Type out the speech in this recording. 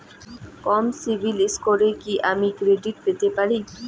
কম CIBIL স্কোরে কি আমি ক্রেডিট পেতে পারি?